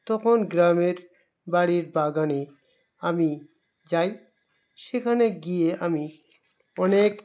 তখন গ্রামের বাড়ির বাগানে আমি যাই সেখানে গিয়ে আমি অনেক